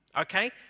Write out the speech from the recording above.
okay